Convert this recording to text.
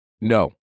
no